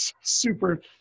super